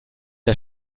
der